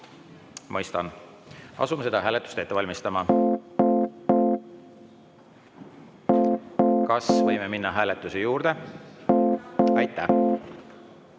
Mõistan. Asume seda hääletust ette valmistama. Kas võime minna hääletuse juurde? (Saal